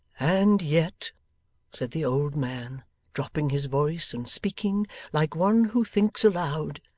and yet said the old man dropping his voice and speaking like one who thinks aloud,